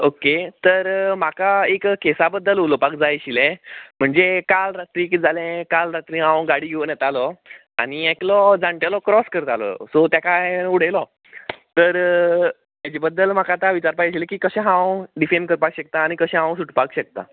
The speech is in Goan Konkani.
ओके तर म्हाका एक केसा बद्दल उलोवपाक जाय आशिल्लें म्हणजे काल रात्री कितें जालें काल रात्री हांव गाडी घेवन येतालो आनी एकलो जाण्टेलो क्रोस करतालो सो तेका हायेन उडयलो तर हेचे बद्दल आतां म्हाका विचारपाक जाय आशिल्लें की कशें हांव डिफेंड करपाक शकता आनी कशें हांव सुटपाक शकता